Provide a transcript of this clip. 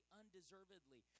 undeservedly